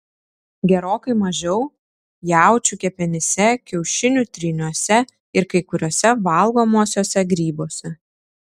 gerokai mažiau jaučių kepenyse kiaušinių tryniuose ir kai kuriuose valgomuosiuose grybuose